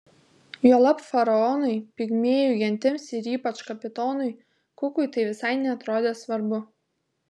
juolab faraonui pigmėjų gentims ir ypač kapitonui kukui tai visai neatrodė svarbu